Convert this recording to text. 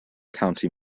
county